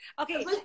okay